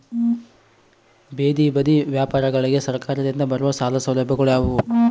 ಬೇದಿ ಬದಿ ವ್ಯಾಪಾರಗಳಿಗೆ ಸರಕಾರದಿಂದ ಬರುವ ಸಾಲ ಸೌಲಭ್ಯಗಳು ಯಾವುವು?